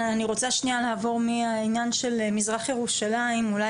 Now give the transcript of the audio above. אני רוצה לעבור מהעניין של מזרח ירושלים אולי